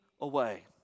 away